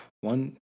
one